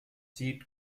sieht